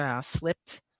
slipped